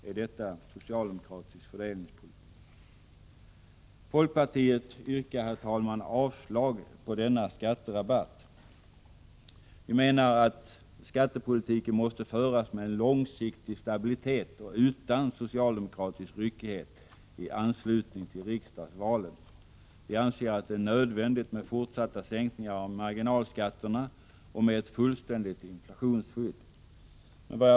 Är detta socialdemokratisk fördelningspolitik? Herr talman! Folkpartiet yrkar avslag på förslaget till skatterabatt. Skattepolitiken måste föras med sikte på långsiktig stabilitet och utan socialdemokratisk ryckighet i anslutning till riksdagsvalet. Vi anser att det är nödvändigt med fortsatta sänkningar av marginalskatterna och med ett fullständigt inflationsskydd. Herr talman!